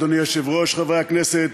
אדוני היושב-ראש, חברי הכנסת,